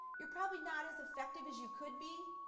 you're probably not as effective as you could be.